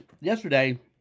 yesterday